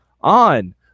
on